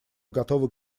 готовы